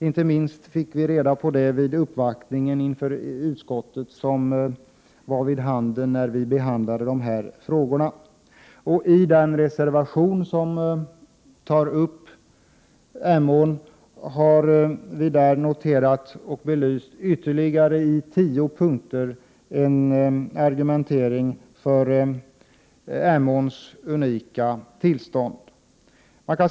Inte minst framgick detta vid uppvaktningen av utskottet under behandlingen av dessa frågor. I reservation nr 18, som handlar om Emån, har vi i tio punkter belyst Emåns unika tillstånd.